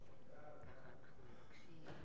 בעד, 14,